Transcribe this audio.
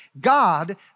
God